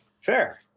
fair